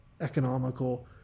economical